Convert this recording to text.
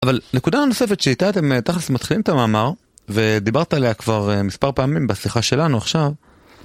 אבל נקודה נוספת שאיתה אתם תכל'ס מתחילים את המאמר ודיברת עליה כבר מספר פעמים בשיחה שלנו עכשיו